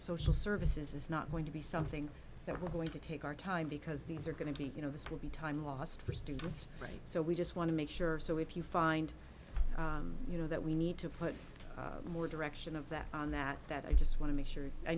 social services is not going to be something that we're going to take our time because these are going to be you know this will be time lost for students right so we just want to make sure so if you find you know that we need to put more direction of that on that that i just want to make sure i